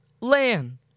land